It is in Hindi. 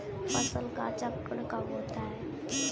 फसल चक्रण कब होता है?